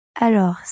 Alors